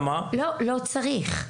לא צריך.